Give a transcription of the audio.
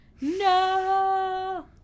No